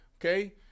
okay